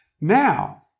Now